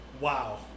wow